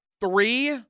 three